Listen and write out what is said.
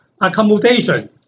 accommodation